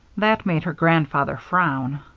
that made her grandfather frown.